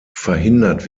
verhindert